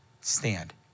Stand